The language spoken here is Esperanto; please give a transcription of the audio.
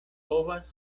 povas